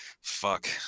Fuck